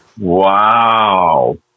Wow